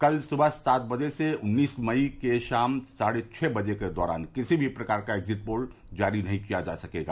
कल सुबह सात बजे से उन्नीस मई के शाम साढे छ बजे के दौरान किसी भी प्रकार का एग्जिट पोल जारी नहीं किया जा सकेगा